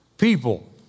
people